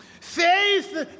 Faith